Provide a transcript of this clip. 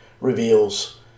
reveals